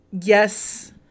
yes